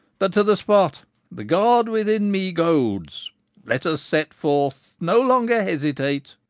but to the spot the god within me goads let us set forth no longer hesitate.